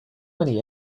many